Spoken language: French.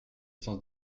sens